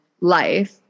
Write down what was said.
life